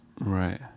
Right